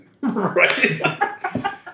Right